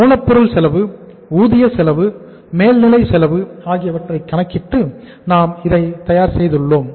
மூலப்பொருள் செலவு ஊதிய செலவு மேல் நிலை செலவு ஆகியவற்றை கணக்கீட்டு நாம் இதை தயார் செய்துள்ளோம்